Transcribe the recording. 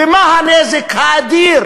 ומה הנזק האדיר